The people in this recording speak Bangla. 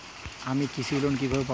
আমি কৃষি লোন কিভাবে পাবো?